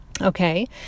Okay